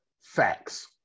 facts